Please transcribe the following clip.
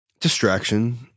Distraction